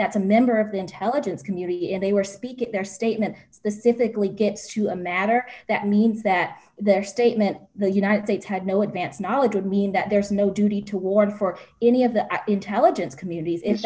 that's a member of the intelligence community and they were speaking their statement the specific we get to a matter that means that their statement the united states had no advance knowledge would mean that there's no duty to war for any of the intelligence communit